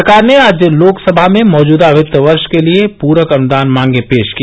सरकार ने आज लोकसभा में मौजूदा वित्त वर्ष के लिए पूरक अनुदान मांगें पेश की